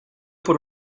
por